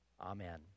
amen